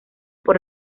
por